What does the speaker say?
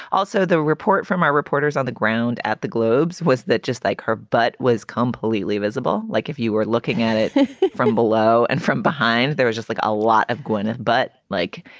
also, the report from our reporters on the ground at the globes. was that just like her, but was completely visible, like if you were looking at it from below and from behind, there was just like a lot of gwynneth but like